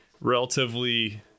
relatively